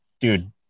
dude